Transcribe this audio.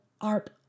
art